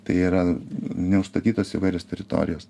tai yra neužstatytos įvairios teritorijos